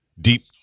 deep